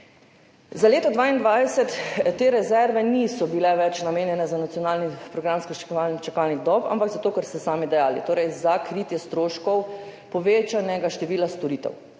Za leto 2022 te rezerve niso bile več namenjene za nacionalni program skrajševanja čakalnih dob, ampak za to, kar ste sami dejali, torej za kritje stroškov povečanega števila storitev.